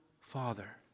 Father